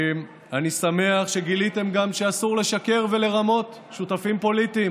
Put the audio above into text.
אני שמח שגיליתם גם שאסור לשקר ולרמות שותפים פוליטיים.